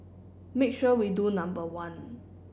make sure we do number one